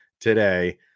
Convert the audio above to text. today